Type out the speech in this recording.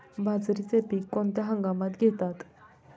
बाजरीचे पीक कोणत्या हंगामात घेतात?